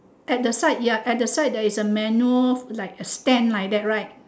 at the side ya at the side there is a manhole like a stand like that right